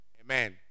Amen